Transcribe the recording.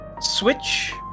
Switch